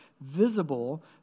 visible